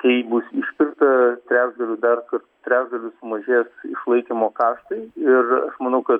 kai bus išpirkta trečdaliu darkart trečdaliu sumažės išlaikymo kaštai ir aš manau kad